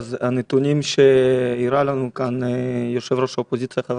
הנתונים שהראה לנו כאן יושב-ראש האופוזיציה חבר